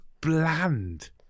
bland